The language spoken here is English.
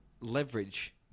leverage